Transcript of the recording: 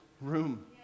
room